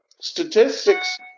Statistics